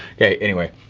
okay, anyway,